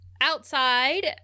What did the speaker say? outside